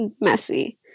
messy